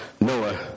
Noah